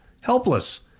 helpless